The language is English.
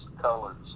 colors